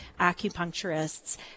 acupuncturists